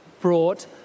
brought